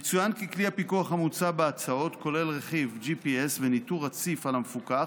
יצוין כי כלי הפיקוח המוצע בהצעות כולל רכיב GPS וניטור רציף על המפוקח,